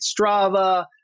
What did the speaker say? Strava